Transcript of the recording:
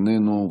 איננו,